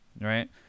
right